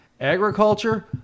Agriculture